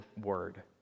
word